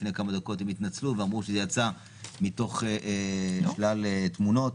לפני כמה דקות הם התנצלו ואמרו שזה יצא מתוך שלל תמונות.